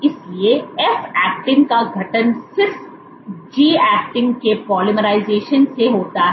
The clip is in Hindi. इसलिए एफ ऐक्टिन का गठन सिर्फ जी ऐक्टिन के पॉलीमराइजेशन से होता है